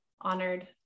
honored